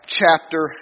chapter